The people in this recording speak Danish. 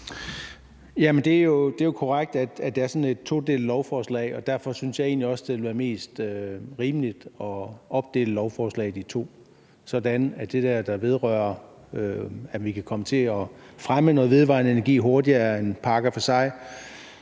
Det er jo korrekt, at det er sådan et todelt lovforslag. Derfor synes jeg egentlig også, at det ville være mest rimeligt at opdele lovforslaget i to, sådan at det, der vedrører det, at vi får mulighed for at fremme noget vedvarende energi hurtigere, er en pakke for sig,